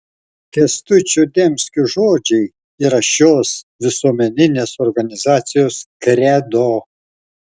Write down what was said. kęstučio demskio žodžiai yra šios visuomeninės organizacijos kredo